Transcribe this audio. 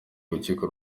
rukiko